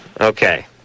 Okay